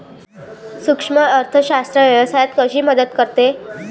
सूक्ष्म अर्थशास्त्र व्यवसायात कशी मदत करते?